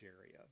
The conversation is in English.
area